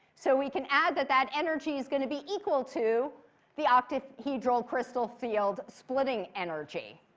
so we can add that that energy is going to be equal to the octahedral crystal field splitting energy.